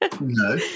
No